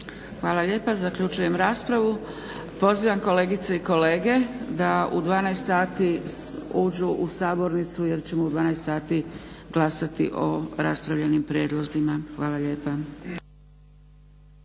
Hvala lijepa. Zaključujem raspravu. Pozivam kolegice i kolege da u 12,00 sati uđu u sabornicu jer ćemo u 12,00 sati glasati o raspravljenim prijedlozima. Hvala lijepa.